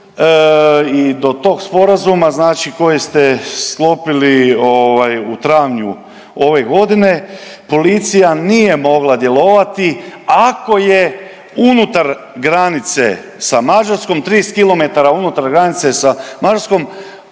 i do tog sporazuma znači koji ste sklopili ovaj u travnju ove godine policija nije mogla djelovati ako je unutar granice sa Mađarskom, 30 km unutar granice sa Mađarskom